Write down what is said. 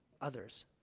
others